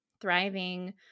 thriving